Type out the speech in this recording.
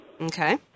Okay